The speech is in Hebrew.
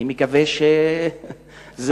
אני מקווה שזה לא מדויק.